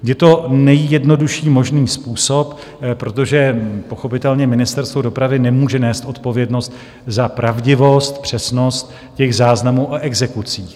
Je to nejjednodušší možný způsob, protože pochopitelně Ministerstvo dopravy nemůže nést odpovědnost za pravdivost, přesnost záznamů a exekucí.